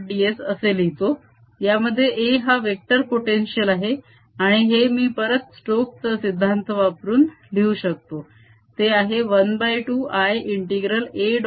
ds असे लिहितो यामध्ये A हा वेक्टर पोटेन्शिअल आहे आणि हे मी परत स्टोक चा सिद्धांत वापरून लिहू शकतो ते म्हणजे ½ I∫A